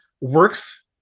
works